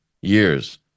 years